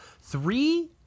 Three